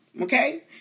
Okay